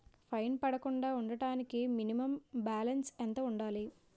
Fine పడకుండా ఉండటానికి minimum balance ఎంత ఉండాలి?